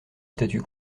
statu